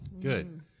Good